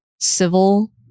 civil